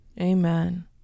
Amen